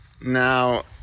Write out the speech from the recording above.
Now